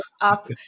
up